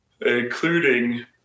including